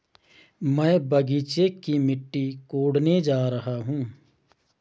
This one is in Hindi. मैं बगीचे की मिट्टी कोडने जा रहा हूं